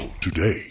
today